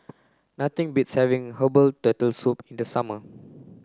nothing beats having Herbal Turtle Soup in the summer